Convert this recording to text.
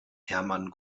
herman